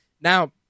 Now